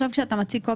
כשאתה מציג,